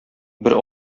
бер